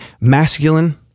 masculine